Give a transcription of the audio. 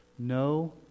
No